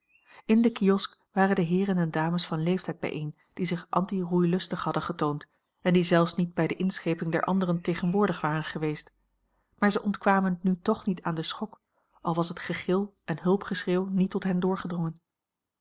in de kiosk waren de heeren en dames van leeftijd bijeen die zich anti roeilustig hadden getoond en die zelfs niet bij de a l g bosboom-toussaint langs een omweg inscheping der anderen tegenwoordig waren geweest maar zij ontkwamen nu toch niet aan den schok al was het gegil en hulpgeschreeuw niet tot hen doorgedrongen